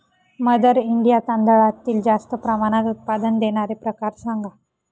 mother India तांदळातील जास्त प्रमाणात उत्पादन देणारे प्रकार सांगा